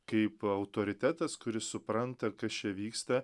kaip autoritetas kuris supranta kas čia vyksta